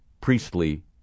priestly